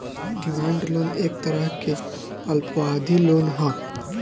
demand loan एक तरह के अल्पावधि लोन ह